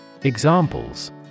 Examples